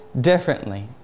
differently